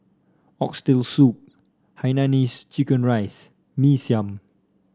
Oxtail Soup Hainanese Chicken Rice Mee Siam